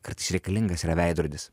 kartais reikalingas yra veidrodis